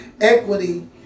equity